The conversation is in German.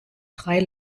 drei